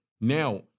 Now